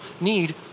need